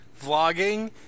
vlogging